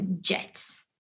Jets